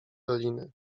doliny